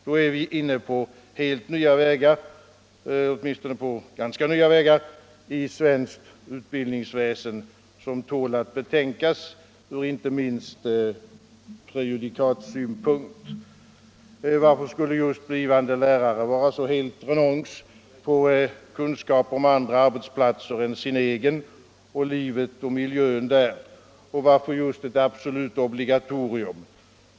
Då är vi i svenskt utbildningsväsen inne på helt nya eller åtminstone ganska nya vägar, som tål att betänkas inte minst ur prejudikatssynpunkt. Varför skulle just blivande lärare vara så helt renons på kunskap om andra arbetsplatser än sin egen och livet och miljön där? Och varför just ett obligatorium?